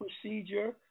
Procedure